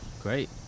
great